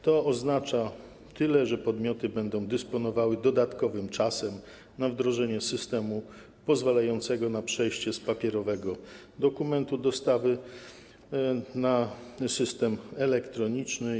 To oznacza, że podmioty będą dysponowały dodatkowym czasem na wdrożenie systemu pozwalającego na przejście z papierowego dokumentu dostawy na system elektroniczny.